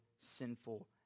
sinful